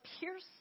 pierce